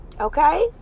Okay